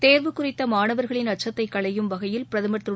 தேர்வு குறித்த மாணவர்களின் அச்சத்தை களையும் வகையில் பிரதமர் திரு